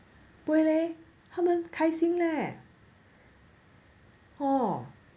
不会 leh 他们开心 leh hor